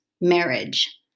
marriage